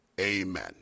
Amen